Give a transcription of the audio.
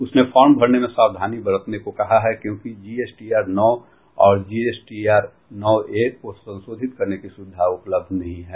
उसने फॉर्म भरने में सावधानी बरतने को कहा है क्योंकि जीएसटीआर नौ और जीएसटीआर नौ ए को संशोधित करने की सुविधा उपलब्ध नहीं है